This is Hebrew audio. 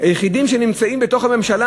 היחידים שנמצאים בתוך הממשלה?